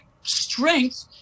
strength